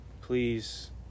please